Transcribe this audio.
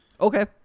Okay